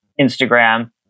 Instagram